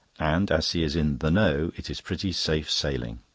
and as he is in the know it is pretty safe sailing.